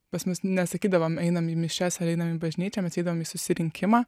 pas mus nesakydavom einam į mišias ar einam į bažnyčią ateidavom į susirinkimą